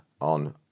on